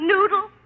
Noodle